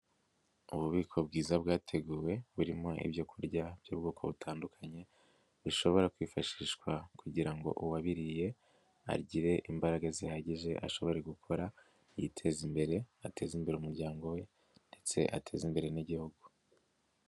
Ububiko bwiza bwateguwe burimo ibyo kurya by'ubwoko butandukanye bishobora kwifashishwa kugira ngo uwabiriye agire imbaraga zihagije ashobore gukora yiteza imbere, ateza imbere umuryango we, ndetse ateze imbere n'igihugu.